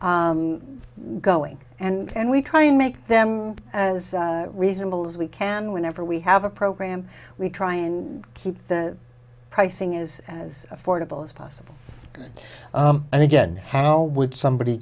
going and we try and make them as reasonable as we can whenever we have a program we try and keep the pricing is as affordable as possible and again hello would somebody